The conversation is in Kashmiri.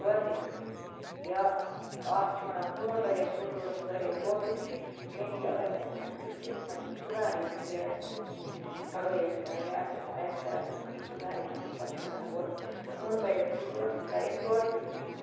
تورٕ تہِ تیُتھٕے یا اکھ چھُ وَنان ہوٗن براکھ توٚنٛدوٗرس سُہ داراے تورٕ تہِ تیُتھی یعنی کہِ اگر کانٛہہ اِنسان تیُتھ چھِ أمِس منٛز چھُنہٕ سُدار یِوان کیٚنٛہہ یہِ آسہِ تیُتھ کیٚنٛہہ لڑاے ٲژ کَران یا آسہِ آسہِ کَران أمِس منٛز چھُنہٕ سُدار یِوان کیٚنٛہہ پتہٕ چھُ وَنان اورٕ مۄنٛڈ براکھ توٚنٛدوٗرس سُہ درایاو تورٕ تہِ یُتھٕے